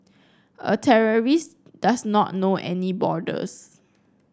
a terrorist does not know any borders